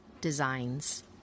Designs